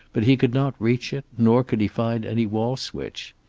but he could not reach it, nor could he find any wall switch.